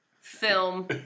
film